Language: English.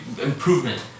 improvement